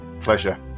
Pleasure